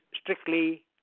strictly